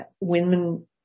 Women